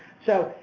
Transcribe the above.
so,